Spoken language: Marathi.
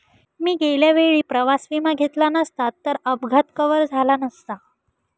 मी गेल्या वेळी प्रवास विमा घेतला नसता तर अपघात कव्हर झाला नसता